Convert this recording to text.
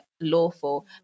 lawful